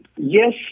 Yes